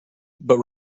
but